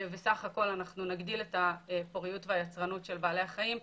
כך שסך הכול נגדיל את הפוריות והיצרנות של בעלי החיים,